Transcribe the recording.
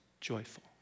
joyful